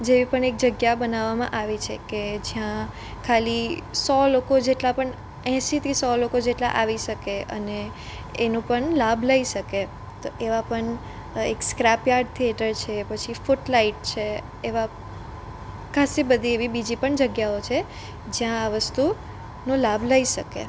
જેવી પણ એક જગ્યા બનાવામાં આવી છે કે જ્યાં ખાલી સો લોકો જેટલા પણ એંશીથી સો લોકો જેટલા આવી શકે અને એનો પણ લાભ લઈ શકે તો એવા પણ એક સ્ક્રેપ યાર્ડ થિએટર છે પછી ફૂટલાઇટ છે એવા ખાસ્સી બધી એવી બીજી પણ જગ્યાઓ છે જ્યાં આ વસ્તુનો લાભ લઈ શકે